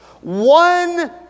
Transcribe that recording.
one